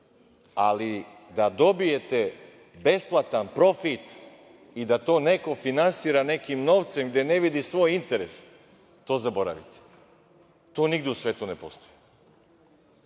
ali da dobijete besplatan profit i da to neko finansira nekim novcem gde ne vidi svoj interes, to zaboravite. To nigde u svetu ne postoji. Svakako